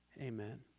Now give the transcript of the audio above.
Amen